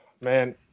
man